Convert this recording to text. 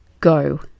go